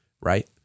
right